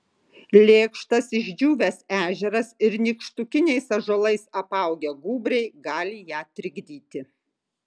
lėkštas išdžiūvęs ežeras ir nykštukiniais ąžuolais apaugę gūbriai gali ją trikdyti